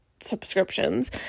subscriptions